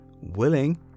willing